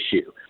issue